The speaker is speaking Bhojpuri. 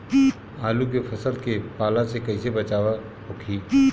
आलू के फसल के पाला से कइसे बचाव होखि?